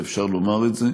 ואפשר לומר את זה.